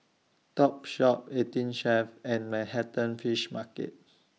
Topshop eighteen Chef and Manhattan Fish Market